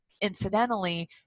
Incidentally